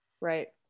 Right